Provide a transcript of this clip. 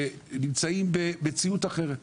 ונמצאים במציאות אחרת,